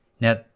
now